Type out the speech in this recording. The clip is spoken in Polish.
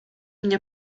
mnie